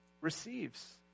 receives